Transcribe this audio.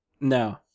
No